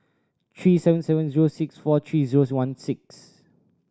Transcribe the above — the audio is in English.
three seven seven zero six four three zero one six